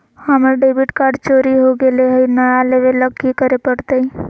हमर debit card चोरी हो गेले हई, नया लेवे ल की करे पड़तई?